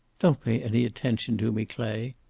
don't pay any attention to me, clay.